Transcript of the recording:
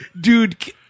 dude